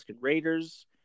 Raiders